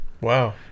Wow